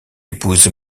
épouse